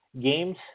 games